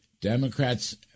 Democrats